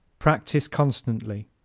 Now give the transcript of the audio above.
practise constantly